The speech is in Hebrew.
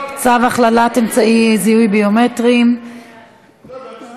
צו הכללת אמצעי זיהוי ביומטריים, הצבעה.